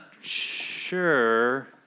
sure